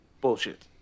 bullshit